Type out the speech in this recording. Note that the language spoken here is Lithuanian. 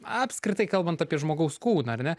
apskritai kalbant apie žmogaus kūną ar ne